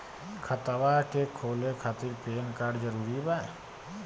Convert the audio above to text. खतवा के खोले खातिर पेन कार्ड जरूरी बा?